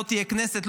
לא תהיה כנסת,